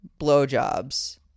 blowjobs